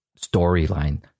storyline